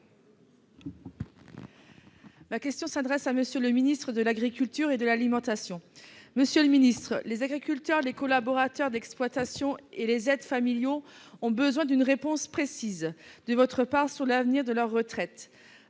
Ma question s'adresse à M. le ministre de l'agriculture et de l'alimentation. Monsieur le ministre, les agriculteurs, les collaborateurs d'exploitation et les aides familiaux ont besoin d'une réponse précise de votre part sur l'avenir de leur retraite.